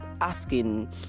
asking